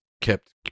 kept